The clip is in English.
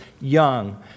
young